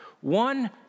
One